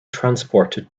transported